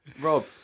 Rob